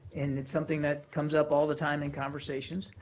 and it's something that comes up all the time in conversations.